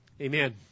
Amen